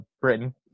Britain